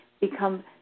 become